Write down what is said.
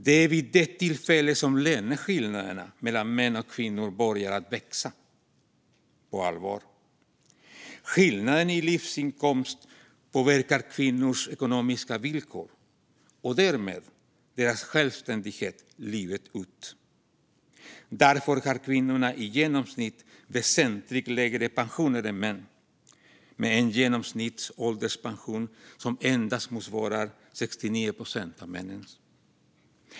Det är också vid detta tillfälle som löneskillnaderna mellan män och kvinnor på allvar börjar att växa. Skillnaden i livsinkomst påverkar kvinnors ekonomiska villkor och därmed deras självständighet livet ut. Därför har kvinnor i genomsnitt väsentligt lägre pensioner än män och en genomsnittlig ålderspension som endast motsvarar 69 procent av männens.